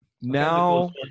now